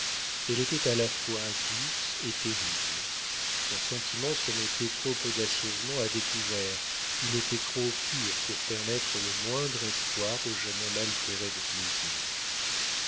elle était à la fois douce et terrible son sentiment se mettait trop audacieusement à découvert il était trop pur pour permettre le moindre espoir au jeune homme altéré de plaisir